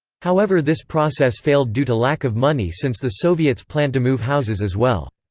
however this process failed due to lack of money since the soviets planned to move houses as well.